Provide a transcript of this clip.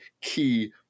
key